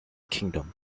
kingdom